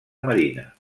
marina